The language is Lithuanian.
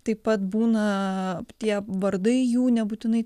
taip pat būna tie vardai jų nebūtinai